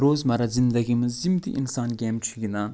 روزمرہ زندگی منٛز یِم تہِ اِنسان گیمہٕ چھُ گِنٛدان